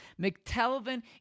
McTelvin